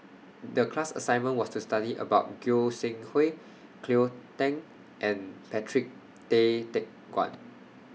The class assignment was to study about Goi Seng Hui Cleo Thang and Patrick Tay Teck Guan